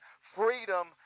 freedom